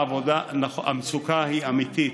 המצוקה היא אמיתית,